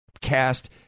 cast